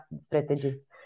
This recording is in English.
strategies